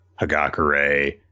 Hagakure